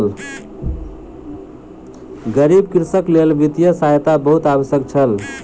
गरीब कृषकक लेल वित्तीय सहायता बहुत आवश्यक छल